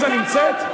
עליזה נמצאת?